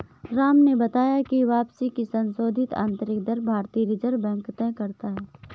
राम ने बताया की वापसी की संशोधित आंतरिक दर भारतीय रिजर्व बैंक तय करता है